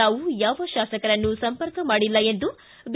ತಾವು ಯಾವ ಶಾಸಕರನ್ನೂ ಸಂಪರ್ಕ ಮಾಡಿಲ್ಲ ಎಂದು ಬಿ